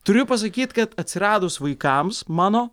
turiu pasakyt kad atsiradus vaikams mano